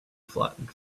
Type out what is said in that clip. flattened